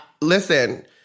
Listen